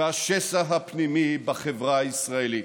והשסע הפנימי בחברה הישראלית.